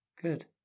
good